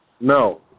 No